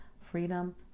freedom